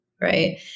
right